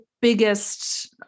biggest